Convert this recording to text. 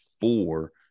four